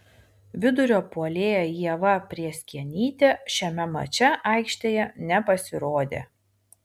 vidurio puolėja ieva prėskienytė šiame mače aikštėje nepasirodė